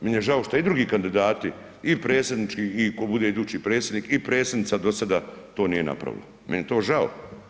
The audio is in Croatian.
Meni je žao šta i drugi kandidati i predsjednički i ko bude idući predsjednik i predsjednica do sada to nije napravila, meni je to žao.